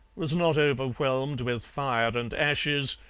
was not overwhelmed with fire and ashes,